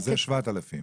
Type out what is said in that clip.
זה 7,000?